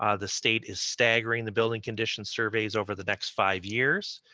ah the state is staggering the building condition surveys over the next five years.